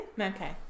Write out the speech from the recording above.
Okay